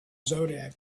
zodiac